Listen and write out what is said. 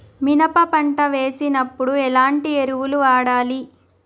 మినప పంట వేసినప్పుడు ఎలాంటి ఎరువులు వాడాలి?